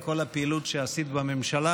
עם כל הפעילות שעשית בממשלה,